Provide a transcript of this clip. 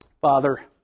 Father